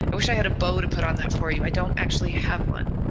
wish i had a boat to put on that for you. i don't actually have one.